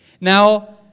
Now